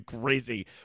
crazy